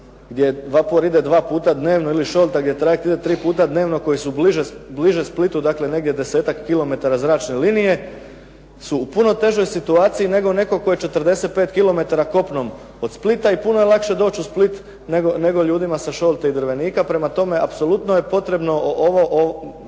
razumije./… ide dva puta tjedno, ili Šolta gdje trajekt ide tri puta dnevno koji su bliže Splitu, dakle negdje 10-ak kilometara zračne linije, su u puno težoj situaciji nego netko tko je 45 kilometara kopnom od Splita, i puno je lakše doći u Split, nego ljudima sa Šolte i Drvenika. Prema tome, apsolutno je potrebno ovo